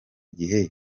gihe